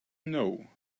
know